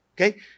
Okay